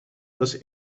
was